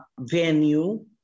venue